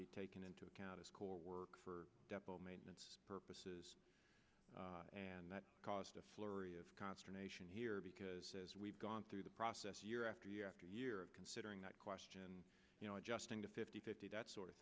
be taken into account as core work for maintenance purposes and that caused a flurry of consternation here because as we've gone through the process year after year after year considering that question you know adjusting to fifty fifty that sort of